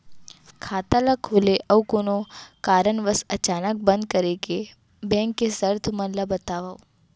खाता ला खोले अऊ कोनो कारनवश अचानक बंद करे के, बैंक के शर्त मन ला बतावव